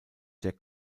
der